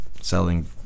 selling